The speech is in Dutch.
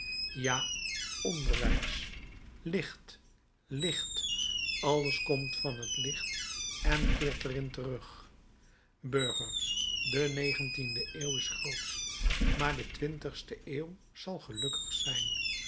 ja onderwijs licht licht alles komt van t licht en keert er in terug burgers de negentiende eeuw is grootsch maar de twintigste eeuw zal gelukkig zijn